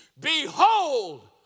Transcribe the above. Behold